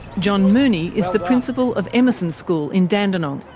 john mooney is the principal of emerson school in dandenong.